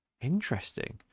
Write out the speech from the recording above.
Interesting